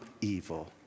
evil